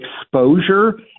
exposure